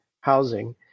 housing